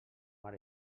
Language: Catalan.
mar